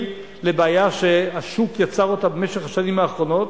לבעיה שהשוק יצר אותה במשך השנים האחרונות.